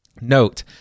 Note